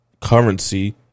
currency